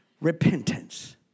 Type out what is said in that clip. repentance